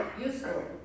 useful